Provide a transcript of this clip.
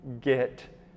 get